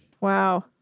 Wow